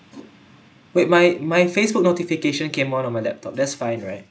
wait my my facebook notification came on on my laptop that's fine right